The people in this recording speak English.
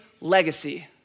legacy